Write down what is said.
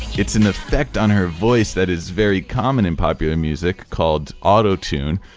it's an effect on her voice. that is very common in popular music called auto tune.